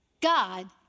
God